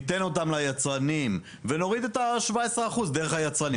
ניתן אותם ליצרנים ונוריד את ה-17% דרך היצרנים.